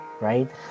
right